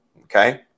Okay